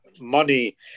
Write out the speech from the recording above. money